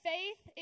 Faith